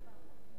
ברשות היושב-ראש,